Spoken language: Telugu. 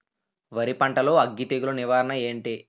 వరి పంటలో అగ్గి తెగులు నివారణ ఏంటి?